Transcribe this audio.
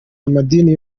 amadini